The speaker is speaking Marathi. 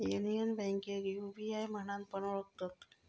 युनियन बैंकेक यू.बी.आय म्हणान पण ओळखतत